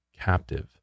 captive